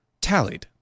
tallied